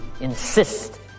Insist